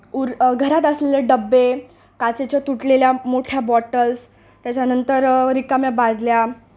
उर घरात असलेले डब्बे काचेच्या तुटलेल्या मोठ्या बॉटल्स त्याच्यानंतर रिकाम्या बादल्या